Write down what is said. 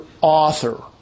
author